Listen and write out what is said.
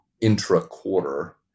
intra-quarter